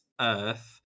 Earth